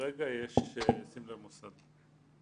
כרגע יש סמל מוסד.